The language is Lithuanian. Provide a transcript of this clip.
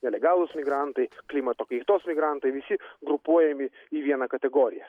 nelegalūs migrantai klimato kaitos migrantai visi grupuojami į vieną kategoriją